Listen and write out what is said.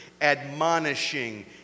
admonishing